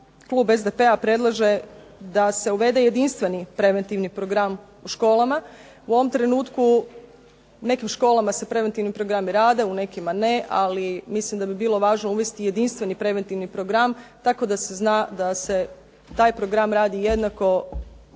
klub SDP-a predlaže da se uvede jedinstveni preventivni program u školama. U ovom trenutku u nekim školama se preventivni programi rade, u nekima ne ali mislim da bi bilo važno uvesti jedinstveni preventivni program tako da se zna da se taj program radi jednako